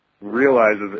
realizes